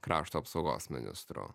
krašto apsaugos ministru